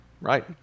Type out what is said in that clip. right